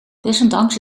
desondanks